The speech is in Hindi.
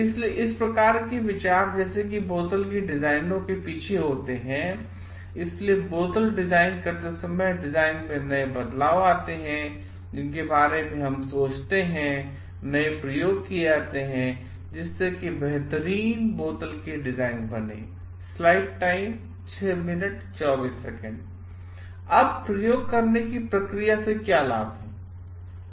इसलिए इस प्रकार के विचार जैसे कि बोतल की डिजाइनिंग के पीछे होते हैं I इसलिए बोतल डिजाइन करते समय डिजाइन में नए बदलाव लाते हैं जिसके बारे में हम सोचते हैं और नए प्रयोग किये जाते हैं जिससे कि बेहतरीन बोतल की डिज़ाइन बने I अब प्रयोग करने की प्रक्रिया से क्या लाभ हैं